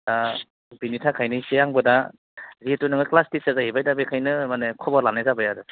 दा बिनि थाखायनो एसे आंबो दा जिथु नोङो क्लास टिचार जाहैबाय दा बेखायनो मानि खबर लानाय जाबाय आरो